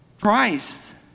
Christ